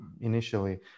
initially